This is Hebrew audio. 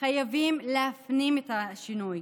חייבים להפנים את השינוי.